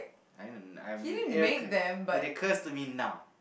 I don't know I mean it occur it occurs to me now